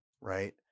Right